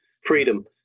freedom